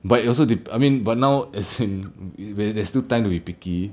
but it also dep~ I mean but now as in there there's still time to be picky